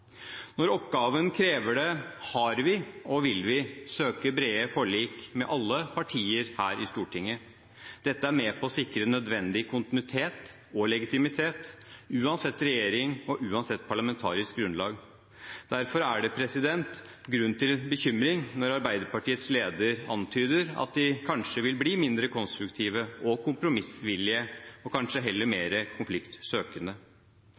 Når oppgaven krever det, har vi søkt og vil søke brede forlik med alle partier her i Stortinget. Dette er med på å sikre nødvendig kontinuitet og legitimitet, uansett regjering og uansett parlamentarisk grunnlag. Derfor er det grunn til bekymring når Arbeiderpartiets leder antyder at de kanskje vil bli mindre konstruktive og kompromissvillige – og kanskje heller